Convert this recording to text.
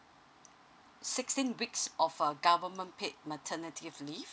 sixteen weeks of uh government paid maternity leave